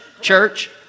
church